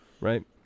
Right